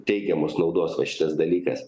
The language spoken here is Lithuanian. teigiamos naudos va šitas dalykas